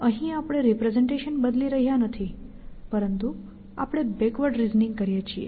અહીં આપણે રિપ્રેસેંટેશન બદલી રહ્યા નથી પરંતુ આપણે બેકવર્ડ રિઝનિંગ કરીએ છીએ